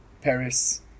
Paris